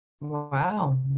Wow